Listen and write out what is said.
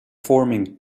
forming